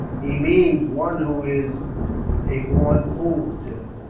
he means one who is a born fool, tim.